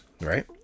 right